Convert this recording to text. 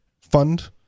fund